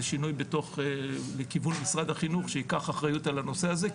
שינוי בתוך לכיוון משרד החינוך שיקח אחריות על הנושא הזה,